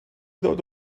ddod